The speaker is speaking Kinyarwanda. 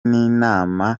n’inama